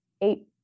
eight